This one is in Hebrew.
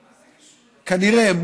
כנראה,